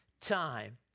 time